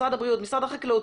משרד החקלאות,